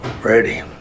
Ready